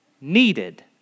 Needed